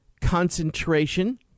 concentration